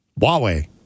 Huawei